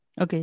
Okay